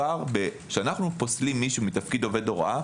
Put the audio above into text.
כשאנחנו פוסלים מישהו מתפקיד עובד הוראה,